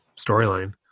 storyline